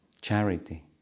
charity